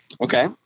okay